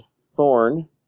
Thorn